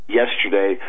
yesterday